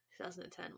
2010